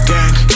Gang